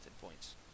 points